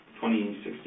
2016